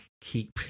keep